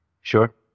Sure